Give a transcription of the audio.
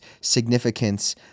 significance